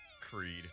Creed